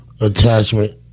attachment